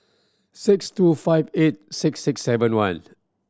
six two five eight six six seven one